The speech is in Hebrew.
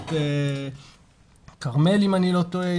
אזורית כרמל אם אני לא טועה.